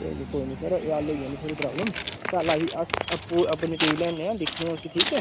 कोई निं कोई निं सर एह् हल्ल होई जानी थुआढ़ी प्राब्लम कल्ल अस आपूं अपनी टीम लेआन्ने आं दिक्खने आं उसी ठीक ऐ